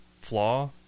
flaw